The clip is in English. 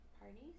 Parties